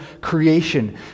creation